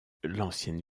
l’ancienne